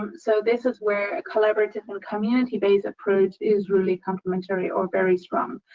um so, this is where a collaborative and community-based approach is really complimentary or very strong.